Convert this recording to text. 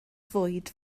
fwyd